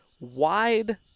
wide